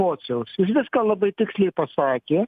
pociaus jis viską labai tiksliai pasakė